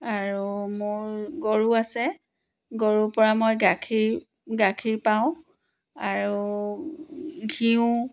আৰু মোৰ গৰু আছে গৰুৰ পৰা মই গাখীৰ গাখীৰ পাওঁ আৰু ঘিঁউ